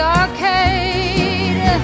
arcade